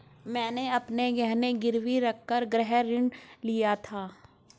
मैंने अपने गहने गिरवी रखकर गृह ऋण लिया था